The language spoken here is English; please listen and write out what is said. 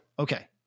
Okay